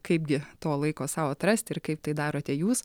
kaipgi to laiko sau atrasti ir kaip tai darote jūs